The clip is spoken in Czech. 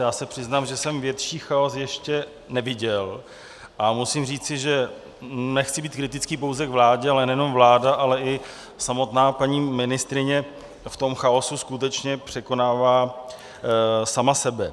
Já se přiznám, že jsem větší chaos ještě neviděl, a musím říci, že nechci být kritický pouze k vládě, ale nejenom vláda, ale i samotná paní ministryně v tom chaosu skutečně překonává sama sebe.